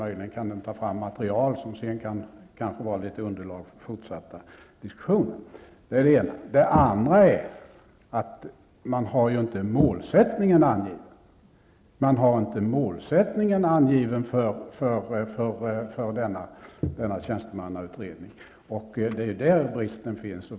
Möjligen kan den ta fram material som sedan kan utgöra underlag för fortsatta diskussioner. Det är det ena. Det andra är att målsättningen för denna tjänstemannautredning inte är angiven. Det är där bristen finns.